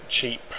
cheap